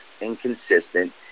inconsistent